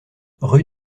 rue